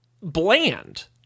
bland